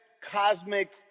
cosmic